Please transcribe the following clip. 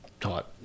taught